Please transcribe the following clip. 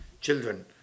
children